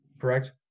correct